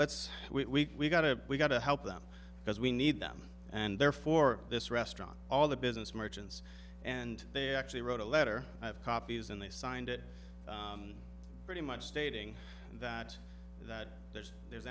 let's we got to we've got to help them because we need them and therefore this restaurant all the business merchants and they actually wrote a letter i have copies and they signed it pretty much stating that that there's there's